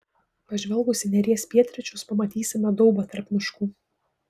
pažvelgus į neries pietryčius pamatysime daubą tarp miškų